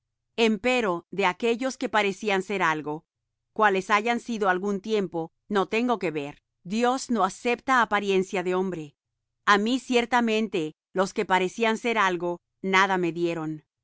empero de aquellos que parecían ser algo cuáles hayan sido algún tiempo no tengo que ver dios no acepta apariencia de hombre á mí ciertamente los que parecían ser algo nada me dieron